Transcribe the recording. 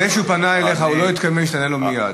זה שהוא פנה אליך, הוא לא התכוון שתענה לו מייד,